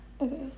Okay